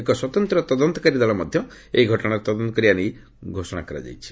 ଏକ ସ୍ୱତନ୍ତ୍ର ତଦନ୍ତକାରୀ ଦଳ ମଧ୍ୟ ଏହି ଘଟଣାର ତଦନ୍ତ କରିବା ନେଇ ଘୋଷଣା କରାଯାଇଛି